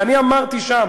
ואני אמרתי שם